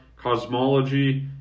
cosmology